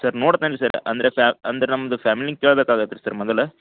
sir ನೋಡ್ತೇನೆ sir ಅಂದರೆ ಫ್ಯ ಅಂದ್ರೆ ನಮ್ಮದು ಫ್ಯಾಮಿಲಿನ ಕೇಳ್ಬೇಕಾಗತ್ತೆ ರೀ ಸರ್ ಮೊದಲು